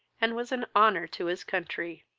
and was an honour to his country.